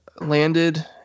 landed